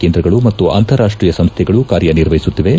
ಕೇಂದ್ರಗಳು ಮತ್ತು ಅಂತಾರಾಷ್ಷೀಯ ಸಂಸ್ಥೆಗಳು ಕಾರ್ಯನಿರ್ವಹಿಸುತ್ತಿವೆ